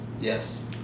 Yes